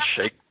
shake